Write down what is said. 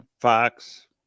fox